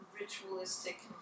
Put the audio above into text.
ritualistic